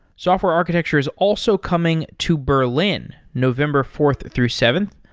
software architecture is also coming to berlin, november fourth through seventh.